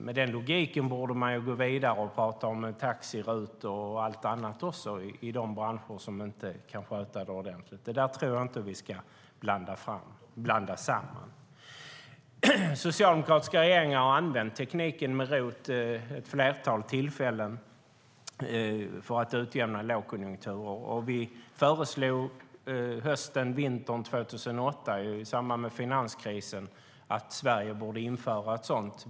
Med den logiken borde man gå vidare och prata om taxi-RUT och annat i de branscher som inte kan sköta detta ordentligt. Det där tycker jag inte att vi ska blanda samman. Socialdemokratiska regeringar har använt tekniken med ROT-avdrag vid ett flertal tillfällen för att utjämna lågkonjunkturer. Vi föreslog hösten/vintern 2008 i samband med finanskrisen att Sverige borde införa ett sådant.